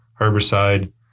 herbicide